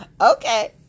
Okay